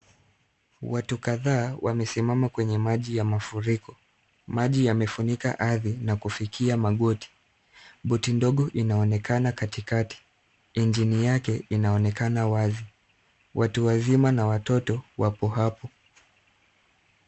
Watu kadhaa wamesimama kwenye maji ya mafuriko. Maji yamefunika ardhini na kufikia magoti. Boti ndogo inaonekana katikati, injini yake inaonekana wazi. Watu wazima na watoto wapo hapo.